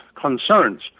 concerns